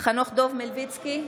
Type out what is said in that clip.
חנוך דב מלביצקי,